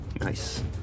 Nice